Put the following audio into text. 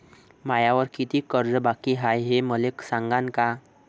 मायावर कितीक कर्ज बाकी हाय, हे मले सांगान का?